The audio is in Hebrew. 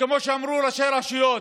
שכמו שאמרו ראשי רשויות,